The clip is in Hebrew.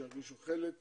שירגישו חלק מהמדינה,